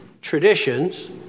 traditions